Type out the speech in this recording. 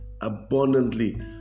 abundantly